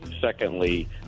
Secondly